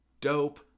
dope